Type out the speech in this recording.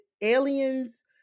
Aliens